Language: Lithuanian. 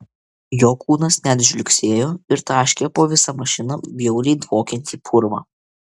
jo kūnas net žliugsėjo ir taškė po visą mašiną bjauriai dvokiantį purvą